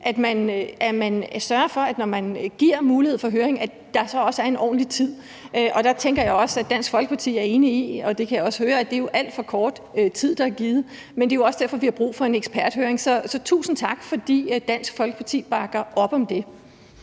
at man må sørge for, når man giver mulighed for høring, at der også er ordentlig tid. Og der tænker jeg også, at Dansk Folkeparti er enige i – det kan jeg også høre – at det er alt for kort tid, der er givet. Men det er jo også derfor, vi har brug for en eksperthøring. Så tusind tak for, at Dansk Folkeparti bakker op om det.